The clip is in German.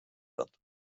wird